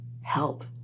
help